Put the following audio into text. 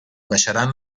baixaran